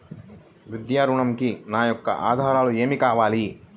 విద్యా ఋణంకి నా యొక్క ఆధారాలు ఏమి కావాలి?